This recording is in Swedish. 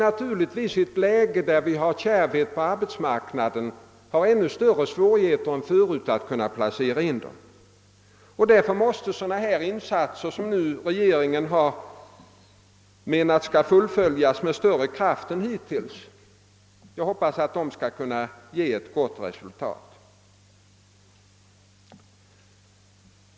Naturligtvis har vi i ett läge, där arbetsmarknaden visat kärvhet, ännu större svårigheter än förut att inplacera dem. Därför måste sådana insatser, som regeringen avser ati göra, fullföljas med större kraft än hittills. Jag hoppas att de skall kunna ge eit gott resultat.